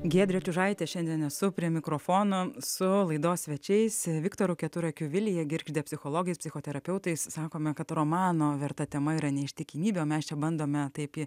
giedrė čiužaitė šiandien esu prie mikrofono su laidos svečiais viktoru keturakiu vilija girgžde psichologais psichoterapeutais sakome kad romano verta tema yra neištikimybė o mes čia bandome taip į